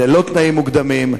ללא תנאים מוקדמים,